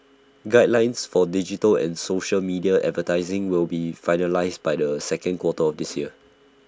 guidelines for digital and social media advertising will be finalised by the second quarter of this year